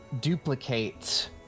duplicate